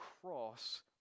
cross